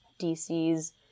DC's